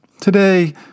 Today